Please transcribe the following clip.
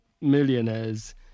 millionaires